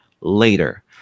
later